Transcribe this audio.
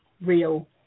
real